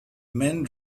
men